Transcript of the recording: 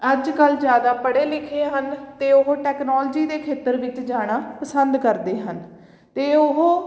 ਅੱਜ ਕੱਲ੍ਹ ਜ਼ਿਆਦਾ ਪੜ੍ਹੇ ਲਿਖੇ ਹਨ ਅਤੇ ਉਹ ਟੈਕਨੋਲਜੀ ਦੇ ਖੇਤਰ ਵਿੱਚ ਜਾਣਾ ਪਸੰਦ ਕਰਦੇ ਹਨ ਅਤੇ ਉਹ